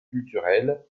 culturelles